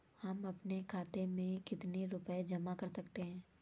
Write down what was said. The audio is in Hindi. हम अपने खाते में कितनी रूपए जमा कर सकते हैं?